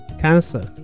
cancer